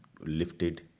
lifted